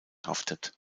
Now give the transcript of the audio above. haftet